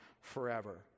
forever